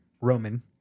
Roman